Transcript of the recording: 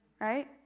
right